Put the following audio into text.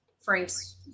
Frank's